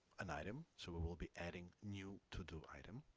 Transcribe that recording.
an item so we will be adding new to-do item